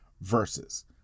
versus